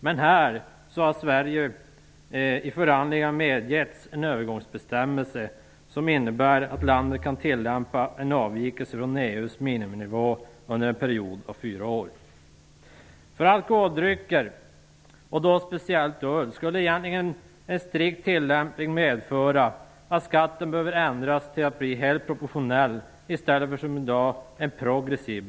Sverige har i förhandlingar medgivits en övergångsbestämmelse som innebär att landet kan tillämpa en avvikelse från EU:s miniminivå under en period av fyra år. För alkoholdrycker, och då speciellt öl, skulle egentligen en strikt tillämpning medföra att skatten behöver ändras till att bli helt proportionell i stället för som i dag progressiv.